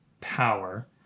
power